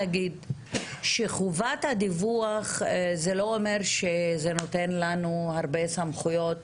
חובת הדיווח זה לא אומר שזה נותן לנו הרבה סמכויות